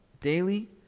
daily